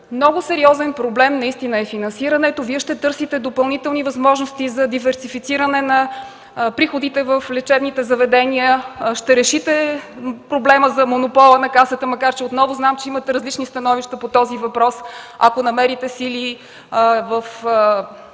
Много сериозен проблем е финансирането. Вие ще търсите допълнителни възможности за диверсифициране на приходите в лечебните заведения. Ще решите проблема за монопола на Касата, макар отново да знам, че имате различни становища по този въпрос, ако намерите сили в